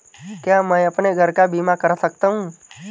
क्या मैं अपने घर का बीमा करा सकता हूँ?